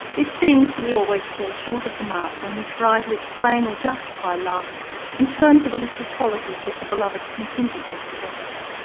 it seems we always fall short of the mark when we try to explain or justify love in terms of a list of qualities that the beloved contingently possesses.